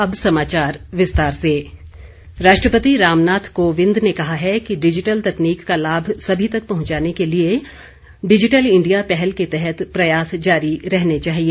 अब समाचार विस्तार से राष्ट्रपति राष्ट्रपति रामनाथ कोविंद ने कहा है कि डिजिटल तकनीक का लाभ सभी तक पहुंचाने के लिए डिजिटल इंडिया पहल के तहत प्रयास जारी रहने चाहिए